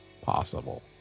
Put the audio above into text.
possible